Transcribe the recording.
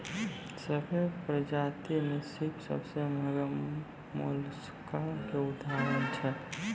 सभ्भे परजाति में सिप सबसें महगा मोलसका के उदाहरण छै